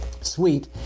sweet